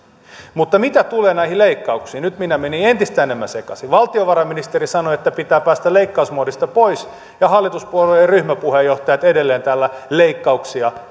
mutta mitä tulee näihin leikkauksiin niin nyt minä menin entistä enemmän sekaisin valtiovarainministeri sanoi että pitää päästä leikkausmoodista pois ja hallituspuolueiden ryhmäpuheenjohtajat edelleen täällä leikkauksia